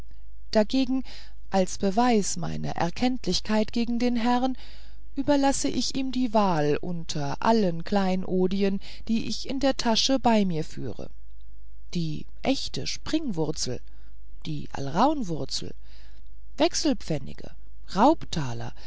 dagegen als beweis meiner erkenntlichkeit gegen den herrn überlasse ich ihm die wahl unter allen kleinodien die ich in der tasche bei mir führe die echte springwurzel die alraunwurzel wechselpfennige raubtaler